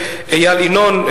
איל ינון,